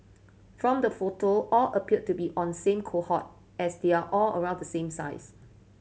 from the photo all appear to be on same cohort as they are all around the same size